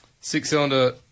six-cylinder